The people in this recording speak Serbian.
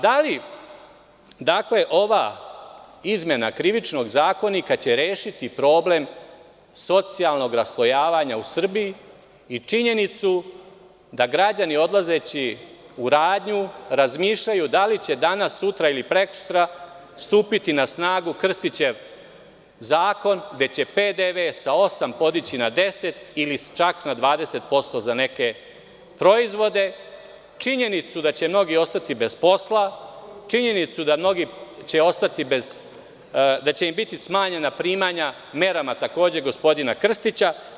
Dakle, ova izmena Krivičnog zakonika će rešiti problem socijalnog raslojavanja u Srbiji i činjenicu da građani odlazeći u radnju, razmišljaju da li će danas, sutra ili prekosutra stupiti na snagu Krstićev zakon gde će PDV sa 8% podići na 10% ili čak 20% za neke proizvode, činjenicu da će mnogi ostati bez posla, činjenicu da će im biti smanjena primanja, merama gospodina Krstića.